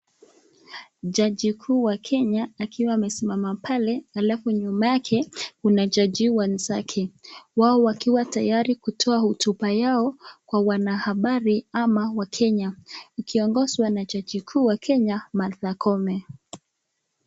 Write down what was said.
Jaji kuu wa Kenya akiwa amesimama pale alafu nyuma yake kuna jaji wenzake. Wao wakiwa tayari kutoa hotuba yao kwa wanahabari ama wakenya ikiongozwa na jaji kuu wa Kenya Martha Koome.